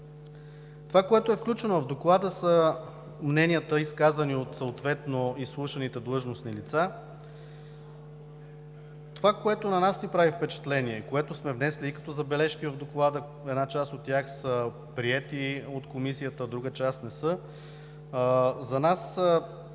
Това, което е включено в Доклада, са мненията, изказани съответно от изслушаните длъжностни лица. Това, което на нас ни прави впечатление, което сме внесли и като забележка в Доклада – една част от тях са приети от Комисията, друга част не са. За нас